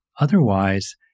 Otherwise